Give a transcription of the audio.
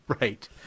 right